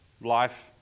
Life